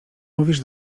mówisz